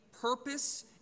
purpose